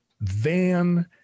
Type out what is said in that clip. van